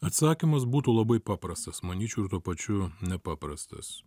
atsakymas būtų labai paprastas manyčiau ir tuo pačiu nepaprastas